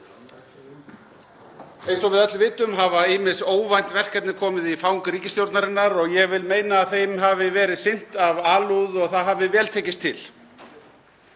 Eins og við öll vitum hafa ýmis óvænt verkefni komið í fang ríkisstjórnarinnar og ég vil meina að þeim hafi verið sinnt af alúð og það hafi vel tekist til.